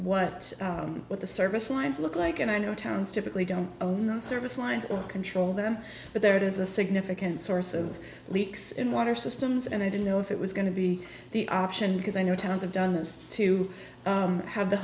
what what the service lines look like and i know towns typically don't own the service lines or control them but there is a significant source of leaks in water systems and i don't know if it was going to be the option because i know towns have done this to have the